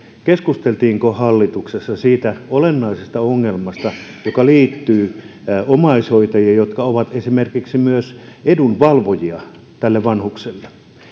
keskusteltiinko hallituksessa siitä olennaisesta ongelmasta joka liittyy omaishoitajiin jotka ovat esimerkiksi myös edunvalvojia tälle vanhukselle